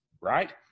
right